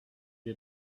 des